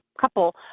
couple